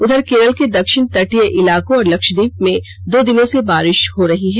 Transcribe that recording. उधर केरल के दक्षिण तटीय इलाकों और लक्षद्वीप में दो दिन से बारिश हो रही है